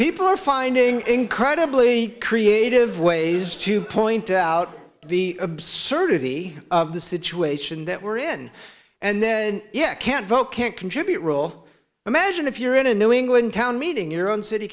people are finding incredibly creative ways to point out the absurdity of the situation that we're in and then yet can't vote can't contribute rule imagine if you're in a new england town meeting your own city